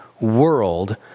world